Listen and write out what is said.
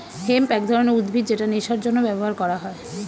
hemp এক ধরনের উদ্ভিদ যেটা নেশার জন্য ব্যবহার করা হয়